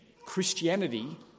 Christianity